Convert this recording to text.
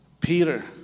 Peter